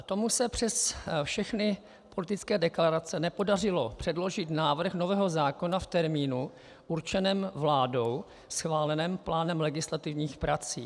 Tomu se přes všechny politické deklarace nepodařilo předložit návrh nového zákona v termínu určeném vládou schváleným plánem legislativních prací.